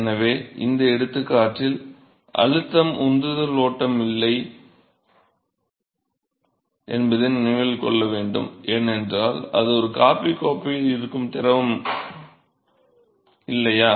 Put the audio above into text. எனவே இந்த எடுத்துக்காட்டில் அழுத்தம் உந்துதல் ஓட்டம் இல்லை என்பதை நினைவில் கொள்ள வேண்டும் ஏனென்றால் அது ஒரு காபி கோப்பையில் இருக்கும் திரவம் இல்லையா